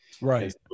Right